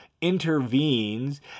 intervenes